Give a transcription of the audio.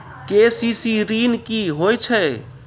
KCC ॠन की होय छै?